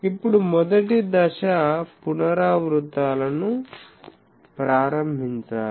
ఇప్పుడు మొదటి దశ పునరావృతాలను ప్రారంభించాలి